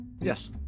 Yes